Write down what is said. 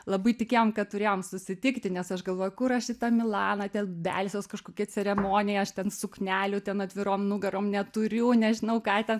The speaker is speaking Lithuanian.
labai tikėjom kad turėjom susitikti nes aš galvoju kur aš į tą milaną ten belsiuos kažkokia ceremonija aš ten suknelių ten atvirom nugarom neturiu nežinau ką ten